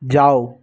যাও